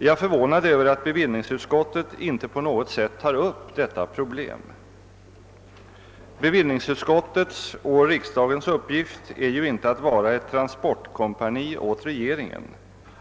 Jag är förvånad över att bevillningsutskottet inte på något sätt tar upp detta problem. Bevillningsutskottets och riksdagens uppgift är ju inte att vara ett transportkompani åt regeringen,